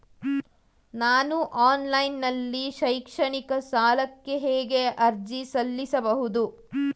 ನಾನು ಆನ್ಲೈನ್ ನಲ್ಲಿ ಶೈಕ್ಷಣಿಕ ಸಾಲಕ್ಕೆ ಹೇಗೆ ಅರ್ಜಿ ಸಲ್ಲಿಸಬಹುದು?